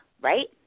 right